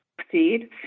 succeed